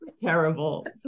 Terrible